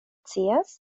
scias